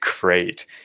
great